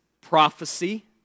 prophecy